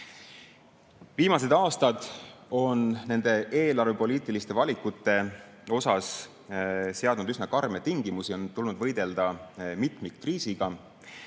Viimased aastad on nende eelarvepoliitiliste valikute mõttes seadnud üsna karme tingimusi, on tulnud võidelda mitmikkriisiga,